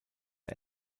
der